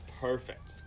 perfect